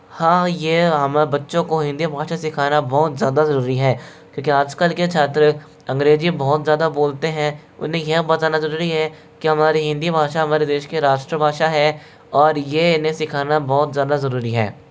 हाँ यह हमें बच्चों को हिंदी भाषा सिखाना बहुत ज़्यादा ज़रूरी है क्योंकि आज कल के छात्र अंग्रेजी बहुत ज़्यादा बोलते हैं उन्हें यह बताना ज़रूरी है कि हमारी हिंदी भाषा हमारे देश के राष्ट्रभाषा है और ये इन्हें सिखाना बहुत ज़्यादा ज़रूरी है